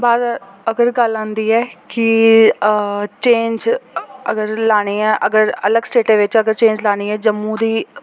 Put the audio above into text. ओह्दे बाद अगर गल्ल आंदी ऐ कि चेंज अगर लानी ऐ अगर अलग स्टेटे बिच अगर चेंज लानी ऐ जम्मू दी